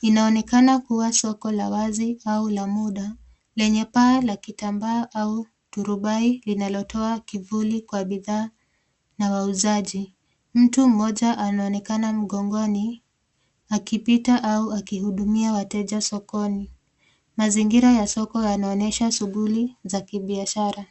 Inaonekana kuwa soko la wazi au la muda, lenye paa la kitambaa au turubai linalotoa kivuli kwa bidhaa na wauzaji. Mtu mmoja anaonekana mgongoni akipita au akihudumia wateja sokoni. Mazingira ya soko yanaonyesha shughuli za kibiashara.